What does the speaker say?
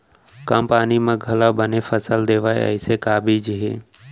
कम पानी मा घलव बने फसल देवय ऐसे का बीज हे?